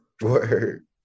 Word